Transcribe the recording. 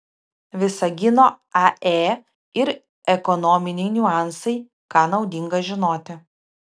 visagino ae ir ekonominiai niuansai ką naudinga žinoti